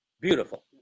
Beautiful